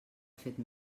fet